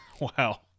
Wow